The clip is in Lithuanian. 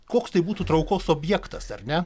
koks tai būtų traukos objektas ar ne